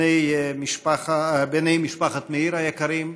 בני משפחת מאיר היקרים,